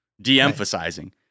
de-emphasizing